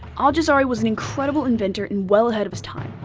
al-jazari was an incredible inventor and well ahead of his time.